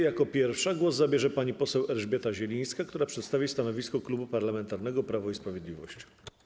Jako pierwsza głos zabierze pani poseł Elżbieta Zielińska, która przedstawi stanowisko Klubu Parlamentarnego Prawo i Sprawiedliwość.